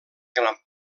gran